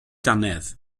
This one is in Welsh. dannedd